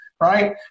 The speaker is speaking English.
right